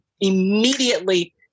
immediately